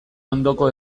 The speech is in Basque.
ondoko